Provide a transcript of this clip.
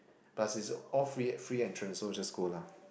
plus it's all free free entrance so just go lah